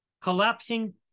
collapsing